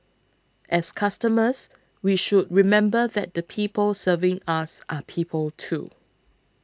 as customers we should remember that the people serving us are people too